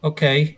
Okay